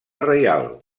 reial